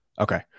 okay